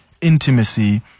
intimacy